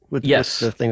Yes